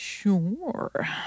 Sure